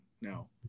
now